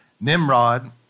Nimrod